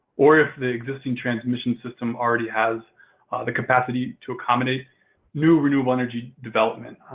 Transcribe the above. or if the existing transmission system already has the capacity to accommodate new renewable energy development.